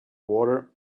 water